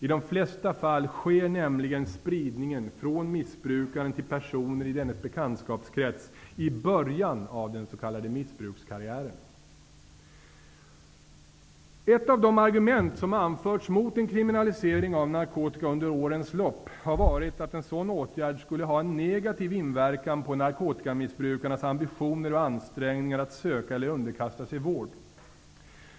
I de flesta fall sker nämligen spridningen från missbrukaren till personer i dennes bekantskapskrets i början av den s.k. Ett av de argument som under årens lopp har anförts mot en kriminalisering av narkotika har varit att en sådan åtgärd skulle ha en negativ inverkan på narkotikamissbrukarnas ambitioner och ansträngningar att söka eller underkasta sig vård.